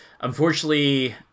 Unfortunately